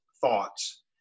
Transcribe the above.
thoughts